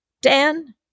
Dan